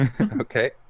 Okay